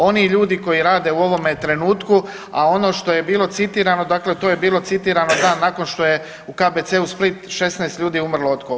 Oni ljudi koji rade u ovome trenutku, a ono što je bilo citirano, dakle to je bilo citirano dan nakon što je u KBC-u Split 16 ljudi umrlo od covida.